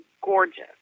gorgeous